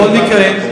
בכל מקרה,